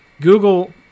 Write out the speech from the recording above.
Google